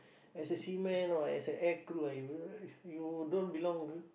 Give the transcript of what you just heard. as a seaman or as a air crew uh you don't belong